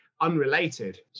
unrelated